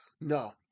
No